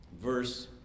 Verse